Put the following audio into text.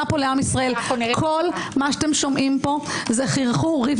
לעם ישראל - כל מה שאתם שומעים פה זה חרחור ריב